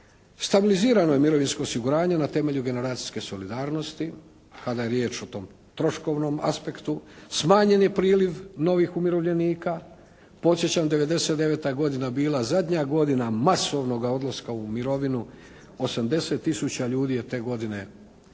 Stabilizirano mirovinsko osiguranje na temelju generacijske solidarnosti kada je riječ o tom troškovnom aspektu, smanjen je priliv novih umirovljenika. Podsjećam 99. godina je bila zadnja godina masovnoga odlaska u mirovinu, 80 tisuća ljudi je te godine otišlo